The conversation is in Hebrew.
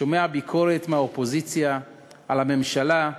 אני שומע ביקורת מהאופוזיציה על הממשלה,